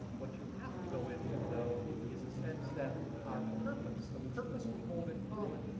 what you have to go in with, though, is a sense that our purpose, the purpose we hold in common,